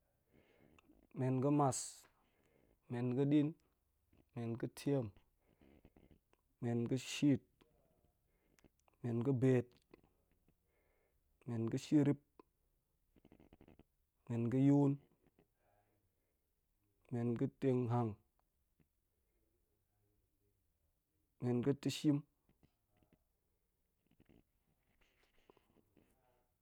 Men ga̱ mas, men ga̱ din, men ga̱ tiem, men ga̱ shit, men ga̱ beet, men ga̱ shirip, men ga̱ yum, men ga̱ temg hang men ga̱ ta̱ shim